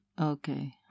Okay